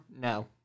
No